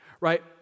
right